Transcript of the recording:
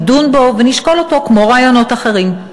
נדון בו ונשקול אותו כמו רעיונות אחרים.